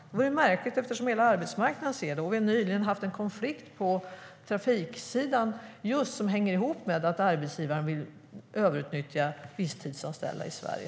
Det vore märkligt eftersom hela arbetsmarknaden ser det och eftersom vi nyligen har haft en konflikt på trafiksidan som just hänger ihop med att arbetsgivaren vill överutnyttja visstidsanställning i Sverige.